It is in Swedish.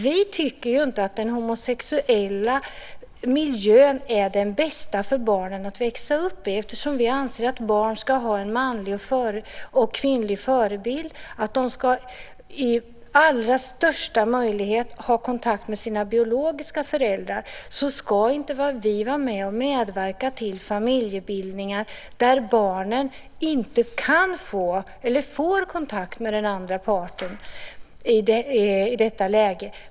Vi tycker inte att den homosexuella miljön är den bästa för barnen att växa upp i. Eftersom vi anser att barn ska ha en manlig och en kvinnlig förebild och i största möjliga mån ha kontakt med sina biologiska föräldrar, ska vi inte medverka till familjebildningar där barnen inte kan få eller får kontakt med den andra partnern.